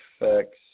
effects